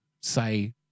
say